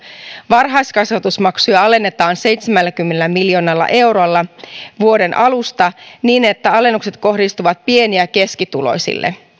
varhaiskasvatusmaksuja alennetaan seitsemälläkymmenellä miljoonalla eurolla vuoden alusta niin että alennukset kohdistuvat pieni ja keskituloisiin